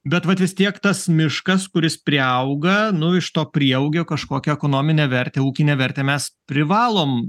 bet vat vis tiek tas miškas kuris priauga nu iš to prieaugio kažkokią ekonominę vertę ūkinę vertę mes privalom